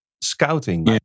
scouting